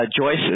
Joyce